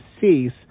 cease